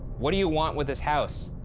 what do you want with this house?